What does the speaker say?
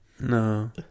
No